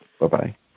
Bye-bye